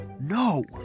no